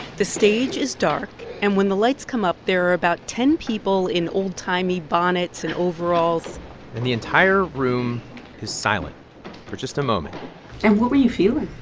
the stage is dark. and when the lights come up, there are about ten people in old-timey bonnets and overalls and the entire room is silent for just a moment and what were you feeling?